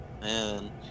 Man